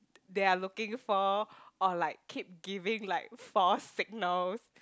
they are looking for or like keep giving like fault signals